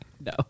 No